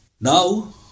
Now